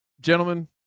Gentlemen